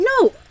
no